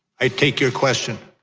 i take your question.